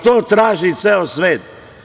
To traži ceo svet.